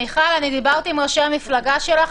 מיכל, אני דיברתי עם ראש המפלגה שלך.